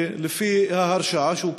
לפי ההרשעה שהוא קיבל,